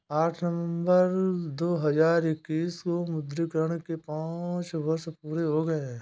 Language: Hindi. आठ नवंबर दो हजार इक्कीस को विमुद्रीकरण के पांच वर्ष पूरे हो गए हैं